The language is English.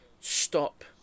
stop